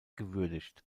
gewürdigt